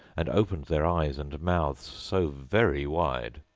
and opened their eyes and mouths so very wide,